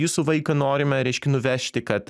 jūsų vaiką norime reiškia nuvežti kad